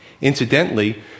Incidentally